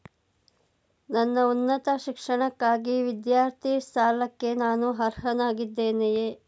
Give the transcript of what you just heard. ನನ್ನ ಉನ್ನತ ಶಿಕ್ಷಣಕ್ಕಾಗಿ ವಿದ್ಯಾರ್ಥಿ ಸಾಲಕ್ಕೆ ನಾನು ಅರ್ಹನಾಗಿದ್ದೇನೆಯೇ?